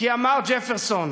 כי אמר ג'פרסון,